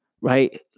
right